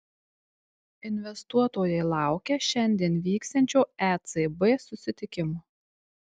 investuotojai laukia šiandien vyksiančio ecb susitikimo